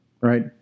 Right